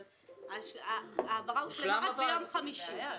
אבל העברה הושלמה רק ביום חמישי.